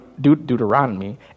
Deuteronomy